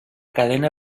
cadena